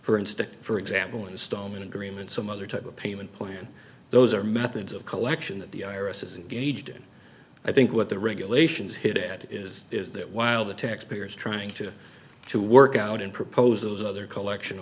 for instance for example installment agreement some other type of payment plan those are methods of collection that the i r s as a gauge did i think what the regulations hit is is that while the tax payers trying to to work out in proposals other collection